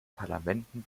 parlamenten